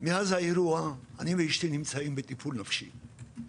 מאז האירוע אני ואשתי נמצאים בטיפול נפשי.